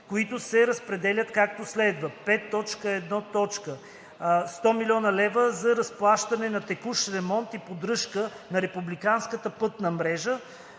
които се разпределят както следва: 5.1. 100 000,0 хил. лв. за разплащане на текущ ремонт и поддръжка на републиканската пътна мрежа.